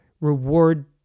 reward